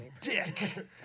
dick